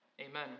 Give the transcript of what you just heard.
Amen